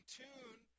tune